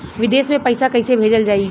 विदेश में पईसा कैसे भेजल जाई?